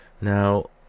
now